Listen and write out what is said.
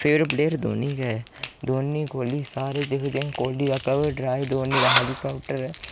favourite player Dhoni गै ऐ धोनी कोहली सारे दिखदे न कोह्ली दा कवर ड्राईव धोनी दा हैलीकप्टर